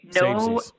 No